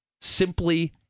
simply